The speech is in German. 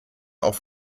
auf